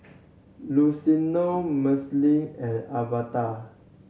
Luciano Marceline and Alverda